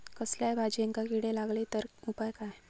कसल्याय भाजायेंका किडे लागले तर उपाय काय?